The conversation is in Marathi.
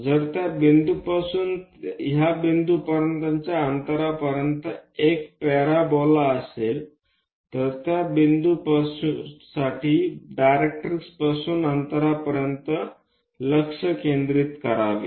जर त्या बिंदूपासून त्या बिंदूच्या अंतरापर्यंत एक पॅराबोला असेल तर त्या बिंदूसाठी डायरेक्ट्रिक्सपासून अंतरापर्यंत लक्ष केंद्रित करावे